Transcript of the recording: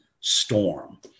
storm